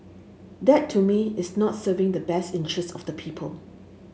that to me is not serving the best interests of the people